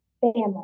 family